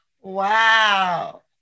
Wow